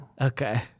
okay